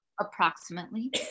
approximately